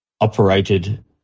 operated